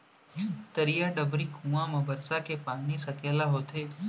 तरिया, डबरी, कुँआ म बरसा के पानी के सकेला होथे